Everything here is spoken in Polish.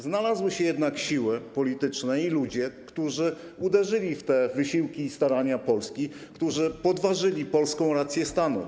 Znalazły się jednak siły polityczne i ludzie, którzy uderzyli w te wysiłki i starania Polski, którzy podważyli polską rację stanu.